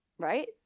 right